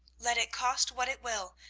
let it cost what it will,